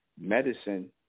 Medicine